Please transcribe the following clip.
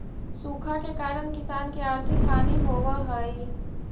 सूखा के कारण किसान के आर्थिक हानि होवऽ हइ